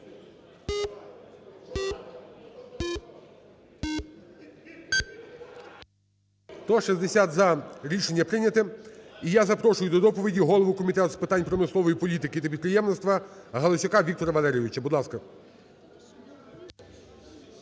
За-160 Рішення прийнято. І я запрошую до доповіді голову Комітету з питань промислової політики та підприємництва Галасюка Віктора Валерійовича, будь ласка.